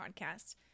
podcast